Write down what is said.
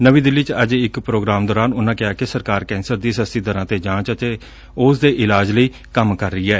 ਨਵੀਂ ਦਿੱਲੀ ਚ ਅੱਜ ਇਕ ਪੋਗਰਾਮ ਦੌਰਾਨ ਉਨਾਂ ਕਿਹਾ ਕਿ ਸਰਕਾਰ ਕੈਸਰ ਦੀ ਸੱਸਤੀ ਦਰਾਂ ਤੇ ਜਾਂਚ ਅਤੇ ਉਸ ਦੇ ਇਲਾਜ ਲਈ ਕੰਮ ਕਰ ਰਹੀ ਐ